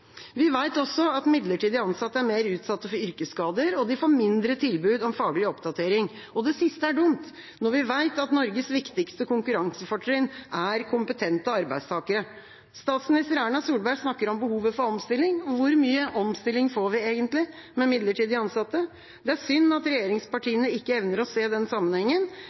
Vi vet også at midlertidig ansatte er mer utsatt for yrkesskader, og de får mindre tilbud om faglig oppdatering. Det siste er dumt, når vi vet at Norges viktigste konkurransefortrinn er kompetente arbeidstakere. Statsminister Erna Solberg snakker om behovet for omstilling. Hvor mye omstilling får vi egentlig med midlertidig ansatte? Det er synd at regjeringspartiene ikke evner å se den sammenhengen.